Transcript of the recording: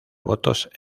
votos